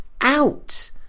out